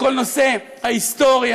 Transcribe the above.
לכל נושא ההיסטוריה,